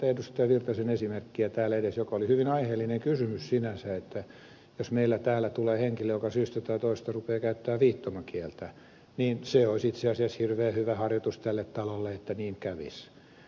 erkki virtasen esimerkkiä täällä joka oli hyvin aiheellinen kysymys sinänsä niin jos meille tulee tänne henkilö joka syystä tai toisesta rupeaa käyttämään viittomakieltä se olisi itse asiassa hirveän hyvä harjoitus tälle talolle että niin kävisi